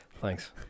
Thanks